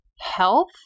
health